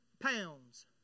pounds